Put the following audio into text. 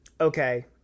okay